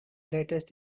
latest